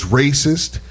racist